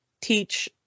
teach